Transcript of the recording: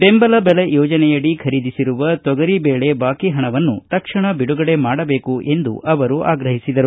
ಬೆಂಬಲ ಬೆಲೆ ಯೋಜನೆಯಡಿ ಖರೀದಿಸಿರುವ ತೊಗರಿ ಬೇಳೆ ಬಾಕಿ ಹಣವನ್ನು ತಕ್ಷಣ ಬಿಡುಗಡೆ ಮಾಡಬೇಕು ಎಂದು ಆಗ್ರಹಿಸಿದರು